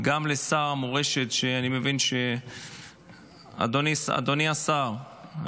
גם לשר המורשת: אדוני השר,